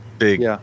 big